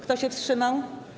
Kto się wstrzymał?